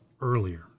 earlier